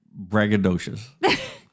braggadocious